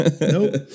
nope